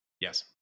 Yes